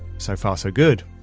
so far so good.